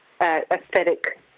aesthetic